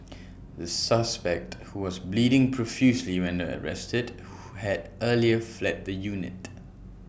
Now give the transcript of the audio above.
the suspect who was bleeding profusely when arrested had earlier fled the unit